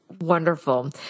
wonderful